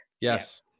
Yes